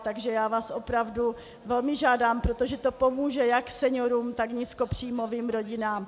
Takže vás opravdu velmi žádám, protože to pomůže jak seniorům, tak nízkopříjmovým rodinám.